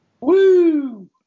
Woo